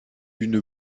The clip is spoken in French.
d’une